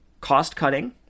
cost-cutting